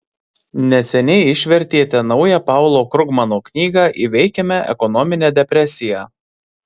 neseniai išvertėte naują paulo krugmano knygą įveikime ekonominę depresiją